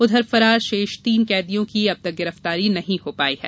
उधर फरार शेष तीन कैदियों की अब तक गिरफ्तारी नहीं हो पाई है